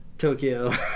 Tokyo